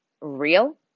real